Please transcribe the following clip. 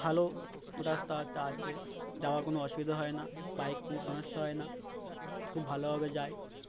ভালো রাস্তাটা আছে যাওয়ার কোনো অসুবিধা হয় না বাইক কোনো সমস্যা হয় না খুব ভালোভাবে যাই